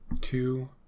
two